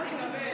מה תקבל?